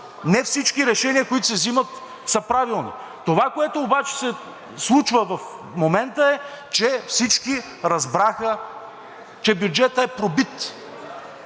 не всички решения, които се взимат, са правилни. Това, което обаче се случва в момента, е, че всички разбраха, че бюджетът е пробит